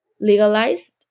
legalized